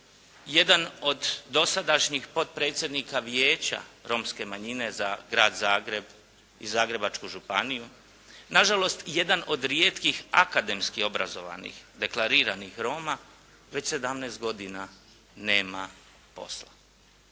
jedan od dosadašnjih potpredsjednika vijeća romske manjine za grad Zagreb i Zagrebačku županiju nažalost jedan od rijetkih akademski obrazovanih deklariranih Roma već sedamnaest godina nema posla